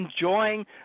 enjoying